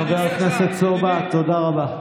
חבר הכנסת סובה, תודה רבה.